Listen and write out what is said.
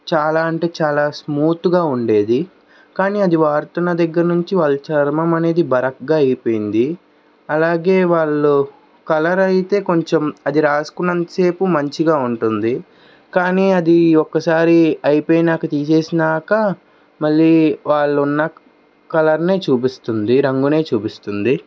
చాలా అంటే చాలా స్మూత్గా ఉండేది కానీ అది వాడుతున్న దగ్గరనుంచి వాళ్ళ చర్మం అనేది బరకగా అయిపోయింది అలాగే వాళ్ళు కలర్ అయితే కొంచెం అది రాసుకున్నంత సేపు మంచిగా ఉంటుంది కానీ అది ఒక్కసారి అయిపోయినాక తీసేసినాక మళ్ళీ వాళ్ళు ఉన్న కలర్ని చూపిస్తుంది రంగునే చూపిస్తుంది